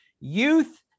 Youth